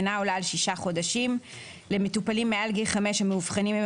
אינה עולה על שישה חודשים; (9) למטופלים מעל גיל 5 המאובחנים עם